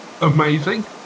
amazing